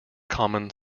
common